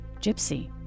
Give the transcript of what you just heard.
Gypsy